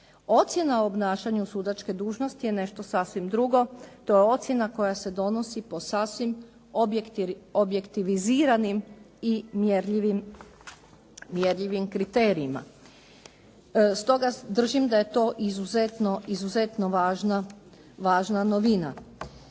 Ocjena o obnašanju sudačke dužnosti je nešto sasvim drugo, to je ocjena koje se donosi po sasvim objektiviziranim i mjerljivim kriterijima. Stoga držim da je to izuzetno važna novina.